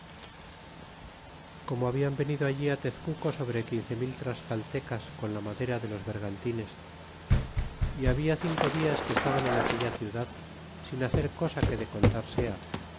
como hablan venido mil tezcuco sobre quince mil tlascaltecas con la madera de los vergantines y habia cinco dias que estaban en aquella ciudad sin hacer cosa que de contar sea